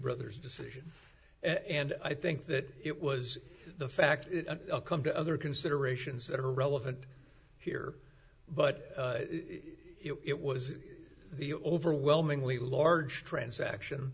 brothers decision and i think that it was the fact come to other considerations that are relevant here but it was the overwhelmingly large transaction